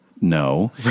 No